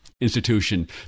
Institution